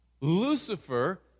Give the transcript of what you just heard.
Lucifer